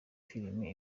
filime